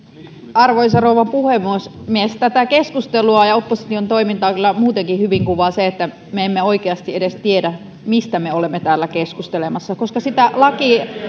arvoisa rouva puhemies tätä keskustelua ja opposition toimintaa kyllä muutenkin hyvin kuvaa se että me emme oikeasti edes tiedä mistä me olemme täällä keskustelemassa koska sitä